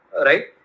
right